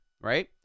right